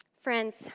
Friends